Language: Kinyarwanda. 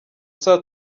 saa